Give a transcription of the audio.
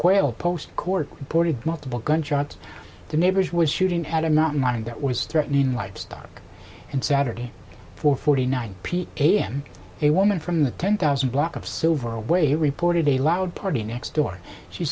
quail post court reported multiple gunshots the neighbors was shooting at them not knowing that was threatening livestock and saturday four forty nine am a woman from the ten thousand block of silver away reported a loud party next door she